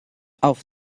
auf